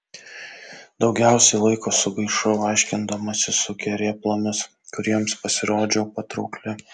daugiausiai laiko sugaišau aiškindamasi su kerėplomis kuriems pasirodžiau patraukli